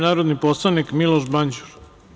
narodni poslanik Miloš Banđur.